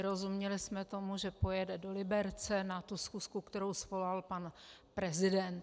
Vyrozuměli jsme, že pojede do Liberce na schůzku, kterou svolal pan prezident.